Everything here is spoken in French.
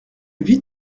vite